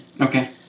Okay